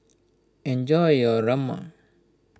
enjoy your Rajma